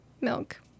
milk